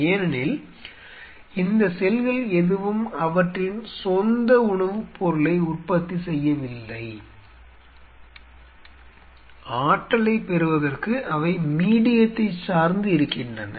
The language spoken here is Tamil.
ஏனெனில் இந்த செல்கள் எதுவும் அவற்றின் சொந்த உணவுப் பொருளை உற்பத்தி செய்யவில்லை ஆற்றலைப் பெறுவதற்கு அவை மீடியத்தைச் சார்ந்து இருக்கின்றன